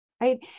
right